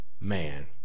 man